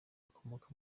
akomoka